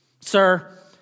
Sir